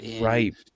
Right